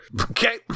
Okay